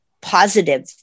positive